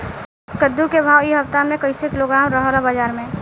कद्दू के भाव इ हफ्ता मे कइसे किलोग्राम रहल ह बाज़ार मे?